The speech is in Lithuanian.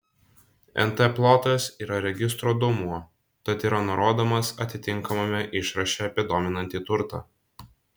nt plotas yra registro duomuo tad yra nurodomas atitinkamame išraše apie dominantį turtą